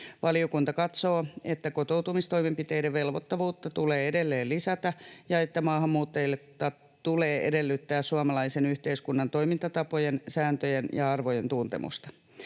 Valiokunta katsoo, että kotoutumistoimenpiteiden velvoittavuutta tulee edelleen lisätä ja että maahanmuuttajilta tulee edellyttää suomalaisen yhteiskunnan toimintatapojen, sääntöjen ja arvojen tuntemusta.